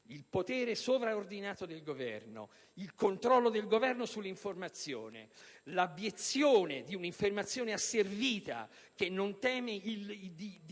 il potere sovraordinato del Governo ed il controllo che esso esercita sull'informazione nonché l'abiezione di un'informazione asservita, che non teme di